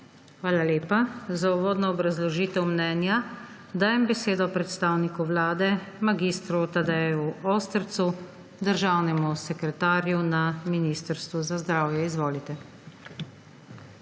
Hvala lepa. Za uvodno obrazložitev mnenja dajem besedo predstavniku Vlade mag. Tadeju Ostrcu, državnemu sekretarju na Ministrstvu za zdravje. Izvolite.